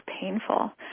painful